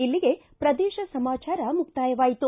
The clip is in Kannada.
ಇಲ್ಲಿಗೆ ಪ್ರದೇಶ ಸಮಾಚಾರ ಮುಕ್ತಾಯವಾಯಿತು